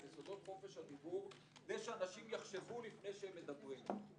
את יסודות חופש הדיבור כדי שאנשים יחשבו לפני שהם מדברים.